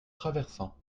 traversant